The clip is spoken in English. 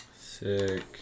Sick